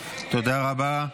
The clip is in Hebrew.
תודה רבה.